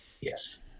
Yes